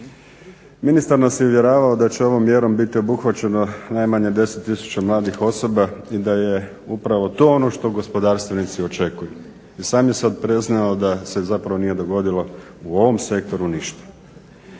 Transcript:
Ministar nas je uvjeravao da će ovom mjerom biti obuhvaćeno najmanje 10 tisuća mladih osoba i da je upravo to ono što gospodarstvenici očekuju. I sami sada priznaju da se zapravo nije dogodilo u ovom sektoru ništa.